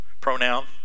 pronoun